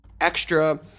extra